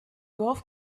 golf